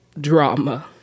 drama